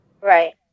right